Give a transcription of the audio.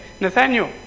Nathaniel